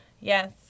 Yes